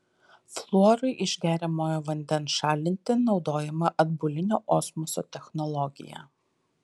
fluorui iš geriamojo vandens šalinti naudojama atbulinio osmoso technologija